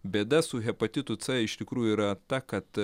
bėda su hepatitu c iš tikrųjų yra ta kad